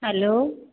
hello